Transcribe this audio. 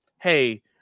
Hey